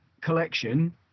collection